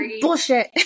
bullshit